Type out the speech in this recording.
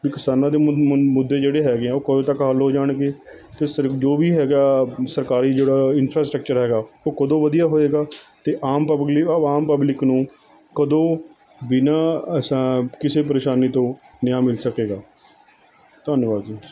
ਕਿਸਾਨਾਂ ਦੇ ਮੁੱਦੇ ਜਿਹੜੇ ਹੈਗੇ ਆ ਉਹ ਕਦੋਂ ਤੱਕ ਹੱਲ ਹੋ ਜਾਣਗੇ ਅਤੇ ਸਿਰਫ਼ ਜੋ ਵੀ ਹੈਗਾ ਸਰਕਾਰੀ ਜਿਹੜਾ ਇੰਨਫਰਾਸਟਕਚਰ ਹੈਗਾ ਉਹ ਕਦੋਂ ਵਧੀਆ ਹੋਏਗਾ ਅਤੇ ਆਮ ਪਬਲਿਕ ਆਮ ਪਬਲਿਕ ਨੂੰ ਕਦੋਂ ਬਿਨਾਂ ਅਸਾਂ ਕਿਸੇ ਪਰੇਸ਼ਾਨੀ ਤੋਂ ਨਿਆਂ ਮਿਲ ਸਕੇਗਾ ਧੰਨਵਾਦ ਜੀ